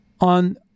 on